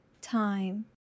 time